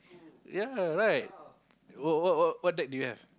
ya right what what what deck do you have